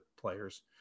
Players